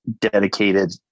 dedicated